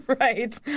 Right